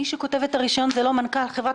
מי שכותב את הרישיון זה לא מנכ"ל חברת